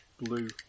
blue